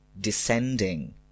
descending